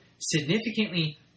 significantly